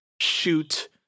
shoot